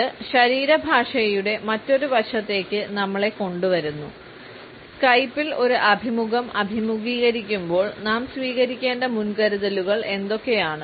ഇത് ശരീരഭാഷയുടെ മറ്റൊരു വശത്തേക്ക് നമ്മളെ കൊണ്ടുവരുന്നു സ്കൈപ്പിൽ ഒരു അഭിമുഖം അഭിമുഖീകരിക്കുമ്പോൾ നാം സ്വീകരിക്കേണ്ട മുൻകരുതലുകൾ എന്തൊക്കെയാണ്